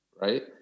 right